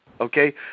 Okay